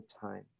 time